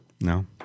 No